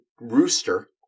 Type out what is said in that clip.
rooster